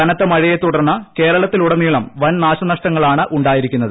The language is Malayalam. കനത്ത മഴയെ തുടർന്ന് കേരളത്തിലുടനീളം വൻ നാശനഷ്ടങ്ങളാണ് ഉണ്ടായിരിക്കുന്നത്